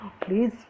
please